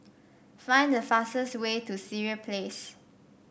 find the fastest way to Sireh Place